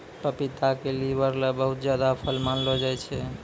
पपीता क लीवर ल बहुत अच्छा फल मानलो जाय छै